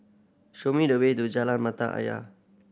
show me the way to Jalan Mata Ayer